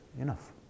enough